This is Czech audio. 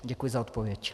Děkuji za odpověď.